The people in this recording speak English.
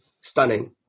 stunning